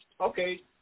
okay